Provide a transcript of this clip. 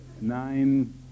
nine